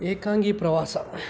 ಏಕಾಂಗಿ ಪ್ರವಾಸ